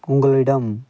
உங்களிடம்